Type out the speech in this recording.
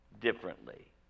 differently